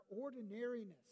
ordinariness